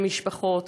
משפחות,